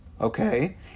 okay